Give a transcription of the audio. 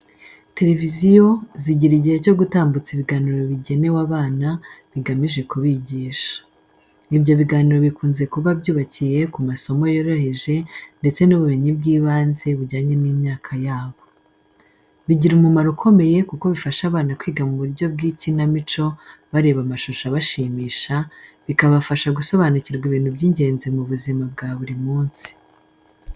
Televiziyo zigira igihe cyo gutambutsa ibiganiro bigenewe abana bigamije kubigisha. Ibyo biganiro bikunze kuba byubakiye ku masomo yoroheje ndetse n'ubumenyi bw'ibanze bujyanye n'imyaka yabo. Bigira umumaro ukomeye kuko bifasha abana kwiga mu buryo bw'ikinamico bareba amashusho abashimisha, bikabafasha gusobanukirwa ibintu by'ingenzi mu buzima bwa buri munsi.